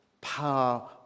power